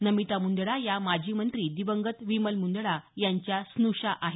नमिता मुंदडा या माजी मंत्री दिवंगत विमल मुंदडा यांच्या स्नुषा आहेत